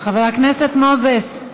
חבר הכנסת מוזס,